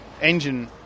engine